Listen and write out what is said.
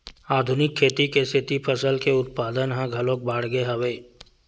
आधुनिक खेती के सेती फसल के उत्पादन ह घलोक बाड़गे हवय